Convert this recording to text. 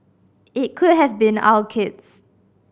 it could have been our kids